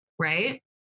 right